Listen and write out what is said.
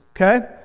Okay